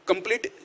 Complete